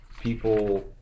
people